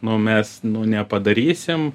nu mes nu nepadarysim